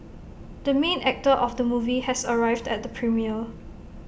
the main actor of the movie has arrived at the premiere